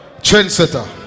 trendsetter